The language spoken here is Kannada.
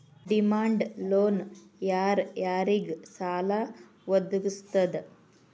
ಡಿಮಾಂಡ್ ಲೊನ್ ಯಾರ್ ಯಾರಿಗ್ ಸಾಲಾ ವದ್ಗಸ್ತದ?